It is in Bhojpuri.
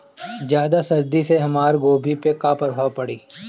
ज्यादा सर्दी से हमार गोभी पे का प्रभाव पड़ी?